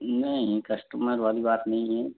नहीं कस्टमर वाली बात नहीं है